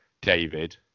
david